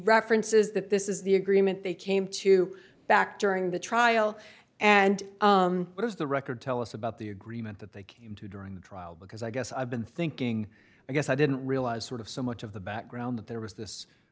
references that this is the agreement they came to back during the trial and what is the record tell us about the agreement that they came to during the trial because i guess i've been thinking i guess i didn't realize sort of so much of the background that there was this